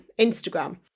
Instagram